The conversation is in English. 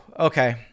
Okay